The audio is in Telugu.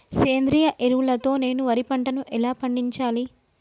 సేంద్రీయ ఎరువుల తో నేను వరి పంటను ఎలా పండించాలి?